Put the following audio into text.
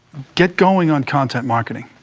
get going on content marketing.